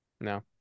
No